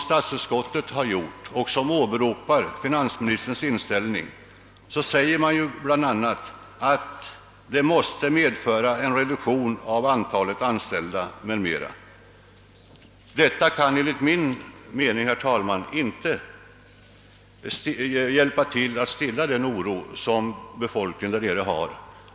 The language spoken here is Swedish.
Statsutskottet, som på den punkten åberopar finansministerns inställning, skriver bl.a. att en koncentration av verksamheten inom varvet kan medföra en reduktion av antalet anställda. Detta uttalande bidrar enligt min mening inte till att stilla oron hos befolkningen i Uddevalla.